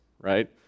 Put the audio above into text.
right